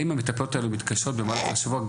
האם המטפלות האלו מתקשרות אל הקשיש גם